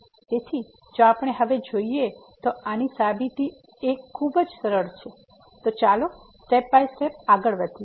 તેથી જો આપણે હવે જોઈએ તો આની સાબિતી જે ખૂબ સરળ છે તો ચાલો સ્ટેપ બાય સ્ટેપ આગળ વધીએ